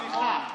סליחה.